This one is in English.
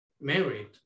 married